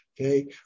Okay